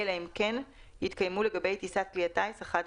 אלא אם כן התקיימו לגבי טיסת כלי הטיס אחד מאלה: